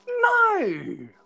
No